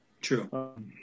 True